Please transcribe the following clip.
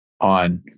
on